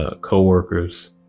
coworkers